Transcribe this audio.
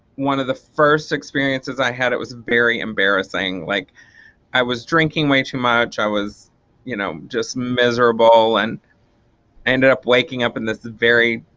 one of the first experiences i had it was very embarrassing. like i was drinking way too much i was you know just miserable and i ended up waking up in this very